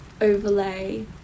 overlay